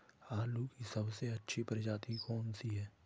आलू की सबसे अच्छी प्रजाति कौन सी है?